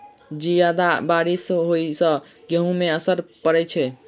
जियादा बारिश होइ सऽ गेंहूँ केँ असर होइ छै?